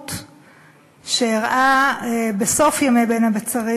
להתנתקות שאירעה בסוף ימי בין המצרים,